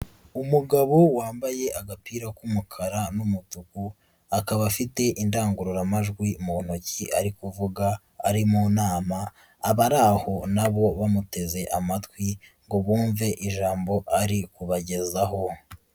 Umugabo wambaye agapira k'umukara n'umutuku, akaba afite indangururamajwi mu ntoki ari kuvuga ari mu nama abari aho na bo bamuteze amatwi ngo bumve ijambo ari kubagezaho.